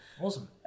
awesome